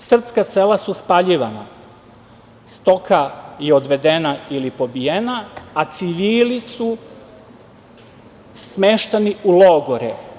Srpska sela su spaljivana, stoka je odvedena i pobijena, a civili smeštani u logore.